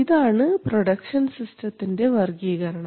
ഇതാണ് പ്രൊഡക്ഷൻ സിസ്റ്റത്തിൻറെ വർഗ്ഗീകരണം